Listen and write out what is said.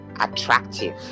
attractive